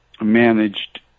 managed